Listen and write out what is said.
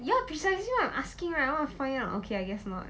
ya precisely why I am asking right I wanna find out okay I guess not